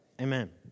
Amen